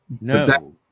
No